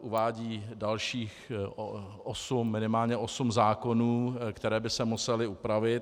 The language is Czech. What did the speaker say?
Uvádí dalších minimálně osm zákonů, které by se musely upravit.